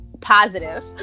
positive